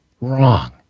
Wrong